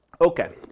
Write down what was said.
Okay